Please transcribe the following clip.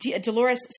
Dolores